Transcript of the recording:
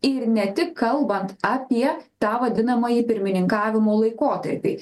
ir ne tik kalbant apie tą vadinamąjį pirmininkavimo laikotarpį